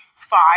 five